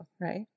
Right